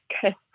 good